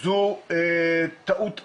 זה טעות איומה.